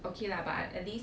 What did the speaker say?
okay lah but I at least